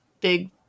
big